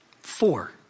Four